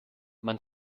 man